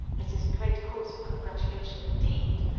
it is a great cause for congratulation, indeed,